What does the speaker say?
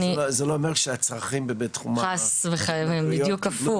זה לא אומר שהצרכים פחתו, חס ושלום, בדיוק הפוך.